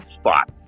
spot